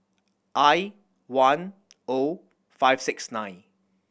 I one O five six nine